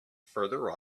further